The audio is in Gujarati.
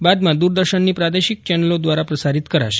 બાદમાં દૂરદર્શનની પ્રાદેશિક ચેનલો દ્વારા પ્રસારિત કરાશે